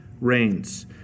reigns